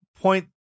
point